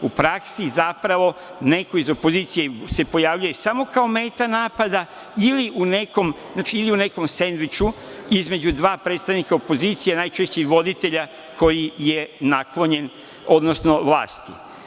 U praksi, zapravo, neko iz opozicije se pojavljuje samo kao meta napada ili u nekom sendviču, između dva predstavnika opozicije, najčešće i voditelja koji je naklonjen vlasti.